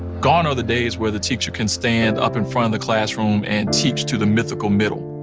gone are the days where the teacher can stand up in front of the classroom and teach to the mythical middle.